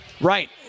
Right